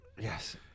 yes